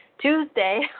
Tuesday